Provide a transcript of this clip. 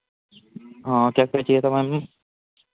हाँ क्या क्या चाहिए था मैम